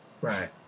right